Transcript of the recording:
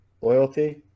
loyalty